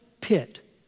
pit